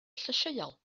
llysieuol